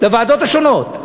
לוועדות השונות.